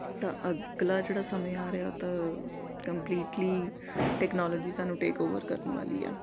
ਤਾਂ ਅਗਲਾ ਜਿਹੜਾ ਸਮੇਂ ਆ ਰਿਹਾ ਉਹ ਤਾਂ ਕੰਪਲੀਟਲੀ ਟੈਕਨੋਲੋਜੀ ਸਾਨੂੰ ਟੇਕਓਵਰ ਕਰਨ ਵਾਲੀ ਆ